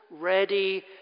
ready